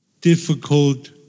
difficult